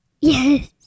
Yes